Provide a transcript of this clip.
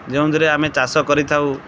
ଯେଉଁଥିରେ ଆମେ ଚାଷ କରିଥାଉ